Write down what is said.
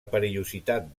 perillositat